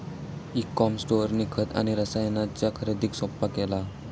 E com स्टोअरनी खत आणि रसायनांच्या खरेदीक सोप्पा केला